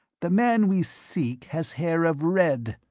the man we sssseek has hair of red,